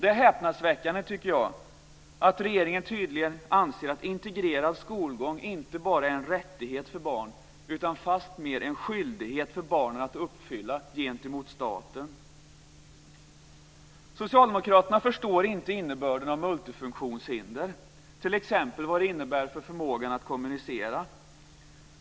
Det är häpnadsväckande, tycker jag, att regeringen tydligen anser att integrerad skolgång inte bara är en rättighet utan fastmer en skyldighet för barnen att uppfylla gentemot staten. Socialdemokraterna förstår inte innebörden av multifunktionshinder - t.ex. vad det innebär för förmågan att kommunicera.